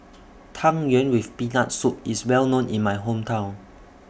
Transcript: Tang Yuen with Peanut Soup IS Well known in My Hometown